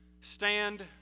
stand